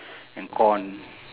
and corn